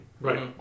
Right